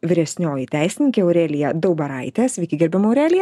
vyresnioji teisininkė aurelija daubaraitė sveiki gerbiama aurelija